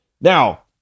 Now